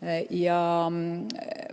Tõesti,